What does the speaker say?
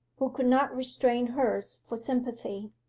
who could not restrain hers for sympathy.